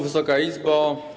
Wysoka Izbo!